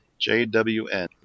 JWN